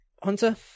Hunter